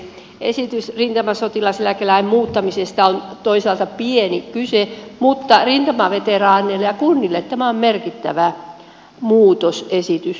esityksessä rintamasotilaseläkelain muuttamisesta kyseessä on toisaalta pieni muutos mutta rintamaveteraaneille ja kunnille tämä on merkittävä muutosesitys ja myönteinen